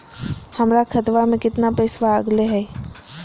हमर खतवा में कितना पैसवा अगले हई?